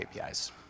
APIs